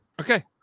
Okay